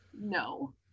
No